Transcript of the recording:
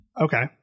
okay